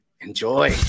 enjoy